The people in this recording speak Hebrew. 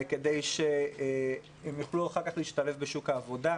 כדי שהם יוכלו אחר כך להשתלב בשוק העבודה,